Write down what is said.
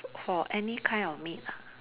for any kind of meat ah